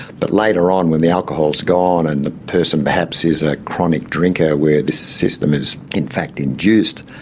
but later on when the alcohol is gone and the person perhaps is a chronic drinker where this system is in fact induced,